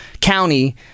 County